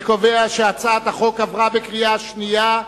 אני קובע שהצעת החוק התקבלה בקריאה שנייה,